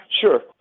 Sure